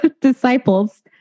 disciples